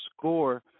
score